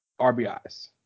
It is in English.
RBIs